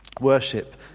Worship